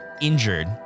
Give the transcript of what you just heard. injured